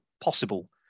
possible